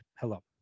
hello